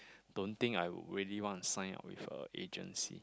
don't think I would really want to sign up with a agency